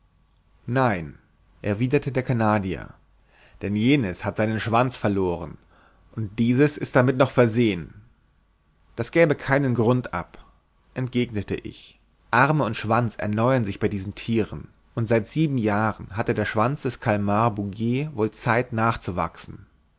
nein erwiderte der canadier denn jenes hat seinen schwanz verloren und dieses ist damit noch versehen das gäbe keinen grund ab entgegnete ich arme und schwanz erneuern sich bei diesen thieren und seit sieben jahren hatte der schwanz des kalmar bouguer wohl zeit nachzuwachsen